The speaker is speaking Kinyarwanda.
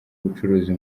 ubucuruzi